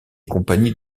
compagnies